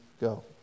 go